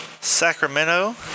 Sacramento